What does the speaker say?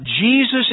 Jesus